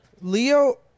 Leo